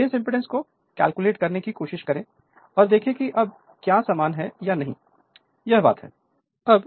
और base impedance को calculate करने की कोशिश करें और देखें कि अब क्या समान है या नहीं यह बात है